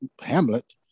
hamlet